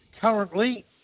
currently